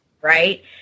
right